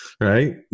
right